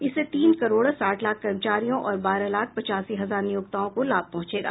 इससे तीन करोड़ साठ लाख कर्मचारियों और बारह लाख पचासी हजार नियोक्ताओं को लाभ पहुंचेगा